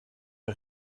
est